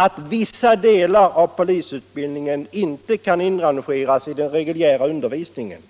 Att vissa delar av polisutbildningen inte kan inrangeras i den reguljära undervisningen